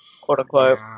Quote-unquote